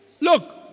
Look